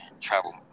travel